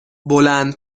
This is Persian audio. بلند